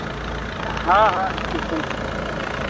हाँ हाँ किशन बोल रहा हूँ